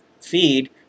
feed